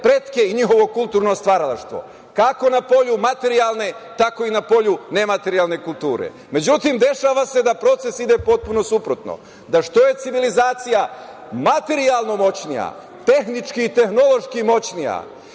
i njihovo kulturno stvaralaštvo kako na polju materijalne, tako i na polju nematerijalne kulture.Međutim, dešava se da proces ide potpuno suprotno, da što je civilizacija materijalno moćnija, tehnički i tehnološki moćnija